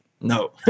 no